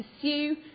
pursue